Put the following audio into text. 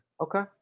Okay